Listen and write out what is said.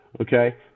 okay